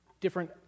different